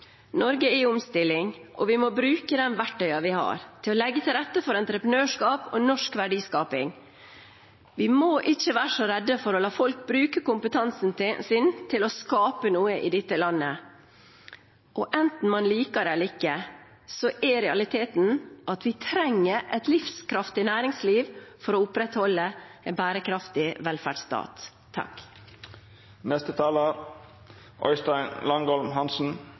Norge er i omstilling, og vi må bruke de verktøyene vi har, til å legge til rette for entreprenørskap og norsk verdiskaping. Vi må ikke være så redde for å la folk bruke kompetansen sin til å skape noe i dette landet. Enten man liker det eller ikke, er realiteten at vi trenger et livskraftig næringsliv for å opprettholde en bærekraftig velferdsstat.